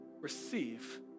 receive